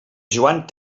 joan